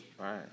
Right